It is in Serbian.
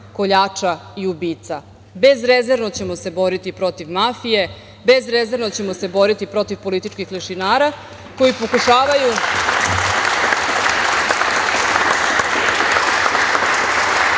koljača i ubica. Bezrezervno ćemo se boriti protiv mafije, bezrezervno ćemo se boriti protiv političkih lešinara koji pokušavaju